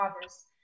others